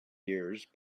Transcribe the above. years